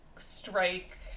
strike